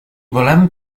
volem